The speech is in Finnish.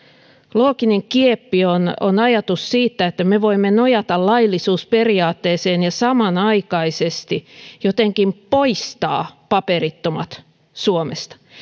looginen kieppi on on ajatus siitä että me voimme nojata laillisuusperiaatteeseen ja samanaikaisesti jotenkin poistaa paperittomat suomesta